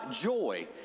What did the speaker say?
joy